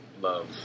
Love